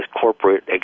corporate